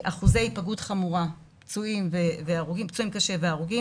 אחוזי היפגעות חמורה, פצועים קשה והרוגים